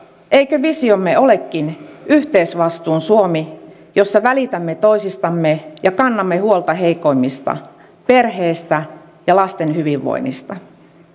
eikö visiomme olekin yhteisvastuun suomi jossa välitämme toisistamme ja kannamme huolta heikoimmista perheistä ja lasten hyvinvoinnista